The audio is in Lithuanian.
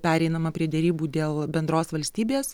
pereinama prie derybų dėl bendros valstybės